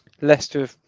Leicester